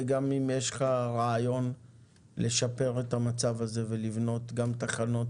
וגם אם יש לך רעיון לשפר את המצב הזה ולבנות גם תחנות